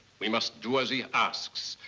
we must do as he asks.